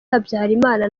habyarimana